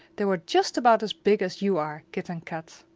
they were just about as big as you are, kit and kat.